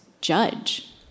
judge